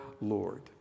Lord